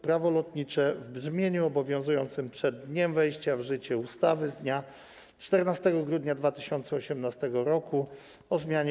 Prawo lotnicze w brzmieniu obowiązującym przed dniem wejścia w życie ustawy z dnia 14 grudnia 2018 r. o zmianie